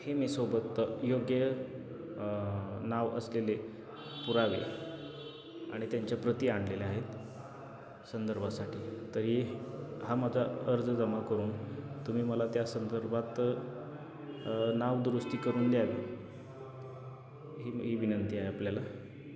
हे मी सोबत योग्य नाव असलेले पुरावे आणि त्यांच्या प्रति आणलेल्या आहेत संदर्भासाठी तर ये हा माझा अर्ज जमा करून तुम्ही मला त्या संदर्भात नाव दुरुस्ती करून द्यावी ही ही विनंती आहे आपल्याला